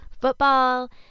football